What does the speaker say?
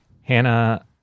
Hannah